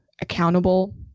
accountable